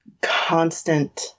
constant